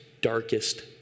darkest